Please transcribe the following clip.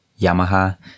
Yamaha